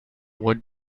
would